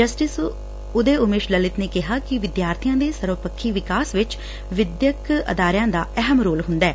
justice Uday Umesh Lalit ਨੇ ਕਿਹਾ ਕਿ ਵਿਦਿਆਰਥੀਆਂ ਦੇ ਸਰਬਪੱਖੀ ਵਿਕਾਸ ਵਿਚ ਵਿਦਿਅਕ ਅਦਾਰਿਆ ਦਾ ਅਹਿਮ ਰੋਲ ਹੁੰਦੈ